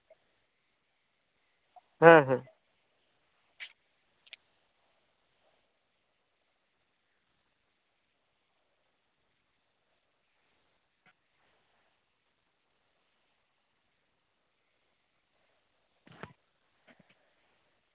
ᱦᱮᱸ ᱦᱮᱸ